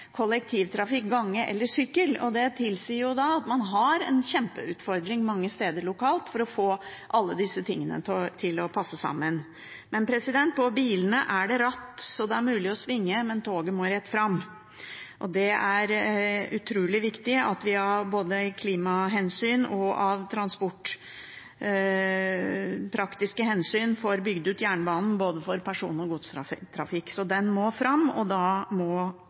kollektivtrafikk, gange eller sykkel. Det tilsier at man har en kjempeutfordring lokalt mange steder for å få alle disse tingene til å passe sammen. På bilene er det ratt så det er mulig å svinge, men toget må gå rett fram. Det er utrolig viktig at vi av både klimahensyn og transportpraktiske hensyn får bygd ut jernbanen både for person- og godstrafikk. Den må fram, og da må